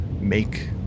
make